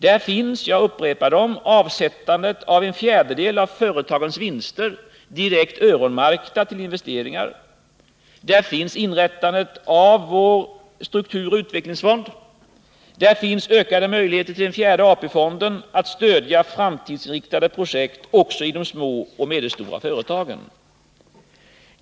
Där finns — jag upprepar förslagen — avsättandet av en fjärdedel av företagens vinster direkt öronmärkta till investeringar, där finns inrättandet av vår strukturoch utvecklingsfond och där finns ökade möjligheter för den fjärde AP-fonden att stödja framtidsinriktade projekt, också i de små och medelstora företagen.